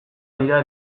dira